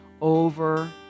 over